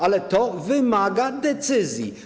Ale to wymaga decyzji.